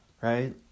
right